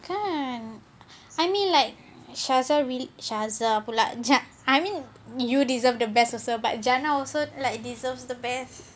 kan saya ni like shaza really shaza pula jap I mean you deserve the best also but jannah also like deserves the best